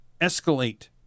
escalate